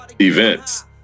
events